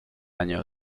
año